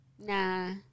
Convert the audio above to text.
Nah